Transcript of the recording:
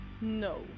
No